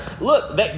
Look